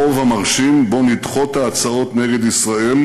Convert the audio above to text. ברוב המרשים שבו נדחות ההצעות נגד ישראל